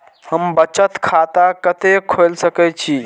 हम बचत खाता कते खोल सके छी?